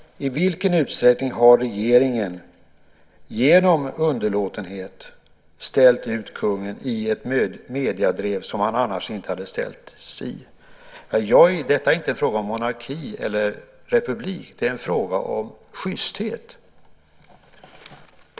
I vilken utsträckning har alltså regeringen genom underlåtenhet ställt ut kungen i ett mediedrev som han annars inte hade ställts i? Detta är inte en fråga om monarki eller republik, utan det är en fråga om sjysthet.